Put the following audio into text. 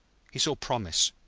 he saw promise,